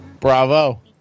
Bravo